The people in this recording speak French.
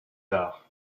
tard